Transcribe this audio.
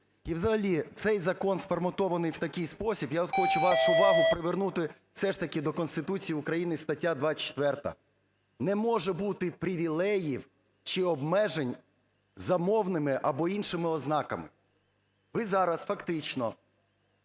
І взагалі, цей закон сформатований у такий спосіб… Я от хочу вашу увагу привернути все ж таки до Конституції України, стаття 24, не може бути привілеїв чи обмежень за мовними або іншими ознаками. Ви зараз фактично